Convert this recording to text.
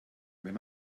wenn